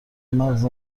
مغز